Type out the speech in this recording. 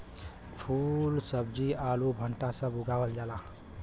फूल सब्जी आलू भंटा सब उगावल जाला